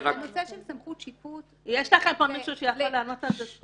הנושא של סמכות שיפוט היא כאשר מדובר בעבירות של